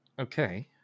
okay